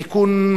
(תיקון,